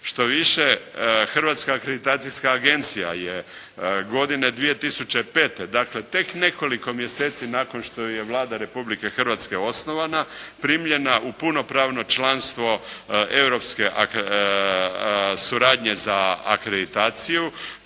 Što više, Hrvatska akreditacijska agencija je godine 2005., dakle tek nekoliko mjeseci nakon što ju je Vlada Republike Hrvatske osnovala, primljena u punopravno članstvo europske suradnje za akreditaciju